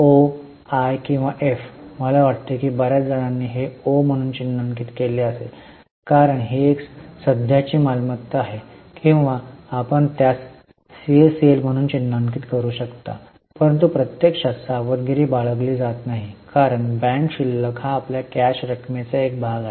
ओ मी किंवा एफ मला वाटते की बर्याच जणांनी हे ओ म्हणून चिन्हांकित केले असते कारण ही एक सध्याची मालमत्ता आहे किंवा आपण त्यास सीएसीएल म्हणून चिन्हांकित करू शकता परंतु प्रत्यक्षात सावधगिरी बाळगली जात नाही कारण बँक शिल्लक हा आपल्या कॅश रकमेचा एक भाग आहे